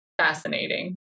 fascinating